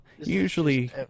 usually